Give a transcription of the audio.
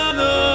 no